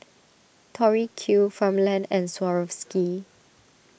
Tori Q Farmland and Swarovski